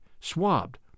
swabbed